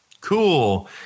cool